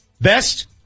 Best